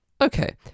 okay